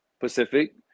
Pacific